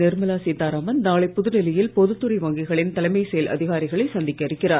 நிர்மலா சீத்தாராமன் நாளை புதுடெல்லியில் பொதுத்துறை வங்கிகளின் தலைமை செயல் அதிகாரிகளை சந்திக்க இருக்கிறார்